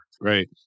right